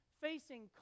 facing